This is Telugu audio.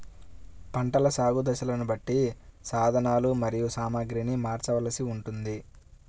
పంటల సాగు దశలను బట్టి సాధనలు మరియు సామాగ్రిని మార్చవలసి ఉంటుందా?